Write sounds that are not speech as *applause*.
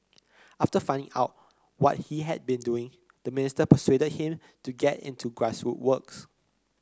*noise* after finding out what he had been doing the minister persuaded him to get into grassroots work